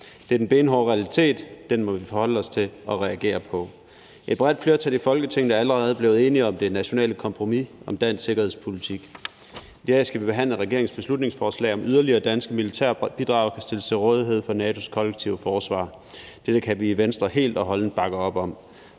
Det er den benhårde realitet, og den må vi forholde os til og reagere på. Et bredt flertal i Folketinget er allerede blevet enige om det nationale kompromis om dansk sikkerhedspolitik. I dag skal vi behandle regeringens beslutningsforslag om, at yderligere danske militære bidrag kan stilles til rådighed for NATO's kollektive forsvar. Dette kan vi i Venstre helt og holdent bakke op om.